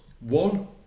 One